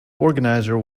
organiser